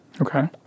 Okay